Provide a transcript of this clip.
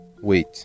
Wait